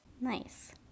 nice